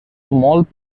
molt